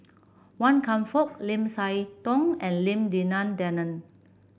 Wan Kam Fook Lim Siah Tong and Lim Denan Denon